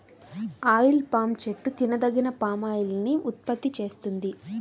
oil palm చెట్టు తినదగిన palm oil ని ఉత్పత్తి చేస్తుంది